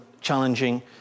challenging